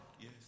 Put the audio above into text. Yes